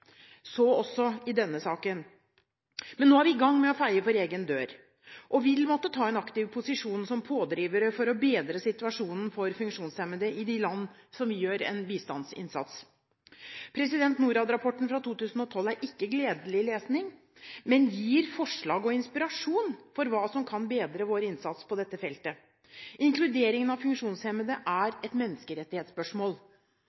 så også i denne saken. Men nå er vi i gang med å feie for egen dør og vil måtte ta en aktiv posisjon som pådrivere for å bedre situasjonen for funksjonshemmede i de land der Norge gjør en bistandsinnsats. Norad-rapporten fra 2012 er ikke gledelig lesning, men gir forslag og inspirasjon til hva som kan bedre vår innsats på dette feltet. Inkluderingen av funksjonshemmede